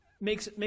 makes